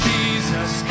Jesus